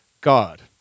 God